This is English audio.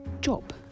job